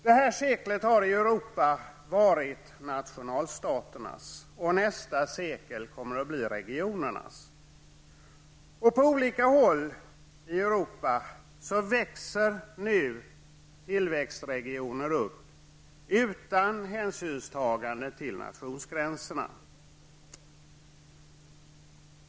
Det här seklet har i Europa varit nationalstaternas och nästa sekel kommer att bli regionernas. På olika håll i Europa växer nu tillväxtregioner upp, utan hänsynstagande till nationsgränserna.